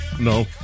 No